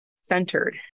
centered